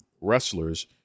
wrestlers